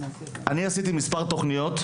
עשיתי מספר תוכניות,